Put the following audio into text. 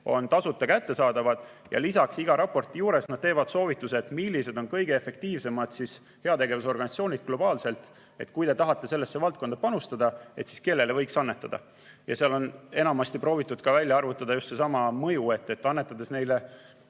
tasuta kättesaadavad ja iga raporti juures on nad andnud ka soovitusi, millised on kõige efektiivsemad heategevusorganisatsioonid globaalselt ja kui tahetakse teatud valdkonda panustada, siis kellele võiks annetada. Seal on enamasti proovitud välja arvutada just seesama mõju, et annetades neile